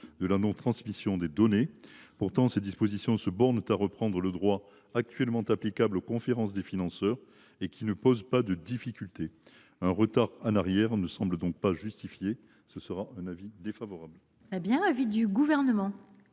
de la non transmission des données. Pourtant, ces dispositions se bornent à reprendre le droit actuellement applicable aux conférences des financeurs, qui ne pose aucune difficulté. Un retour en arrière ne semble donc pas justifié : avis défavorable.